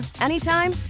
anytime